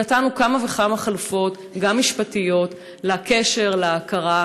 נתנו כמה וכמה חלופות, גם משפטיות, לקשר, להכרה,